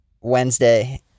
Wednesday